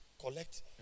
collect